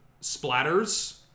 splatters